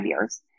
years